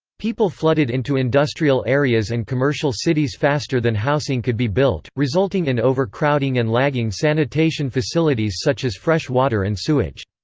people flooded into industrial areas and commercial cities faster than housing could be built, resulting in overcrowding and lagging sanitation facilities such as fresh water and sewage.